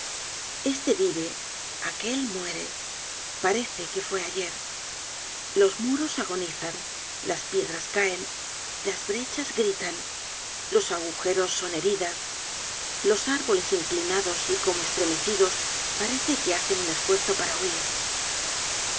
este vive aquel muere parece que fue ayer los muros agonizan las piedras caen las brechas gritan los agujeros son heridas los árboles in dinados y como estremecidos parece que hacen un esfuerzo para huir